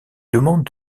demandent